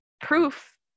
proof